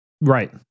Right